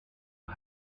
new